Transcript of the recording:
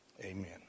Amen